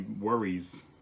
worries